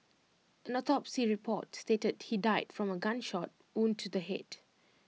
an autopsy report stated he died from A gunshot wound to the Head